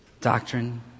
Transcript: doctrine